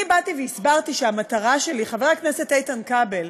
אני באתי והסברתי שהמטרה שלי, חבר הכנסת איתן כבל,